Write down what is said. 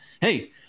Hey